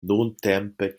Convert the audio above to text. nuntempe